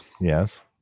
Yes